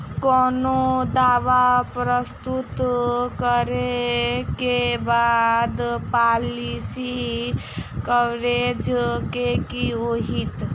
कोनो दावा प्रस्तुत करै केँ बाद पॉलिसी कवरेज केँ की होइत?